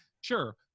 sure